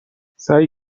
سعی